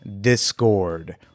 discord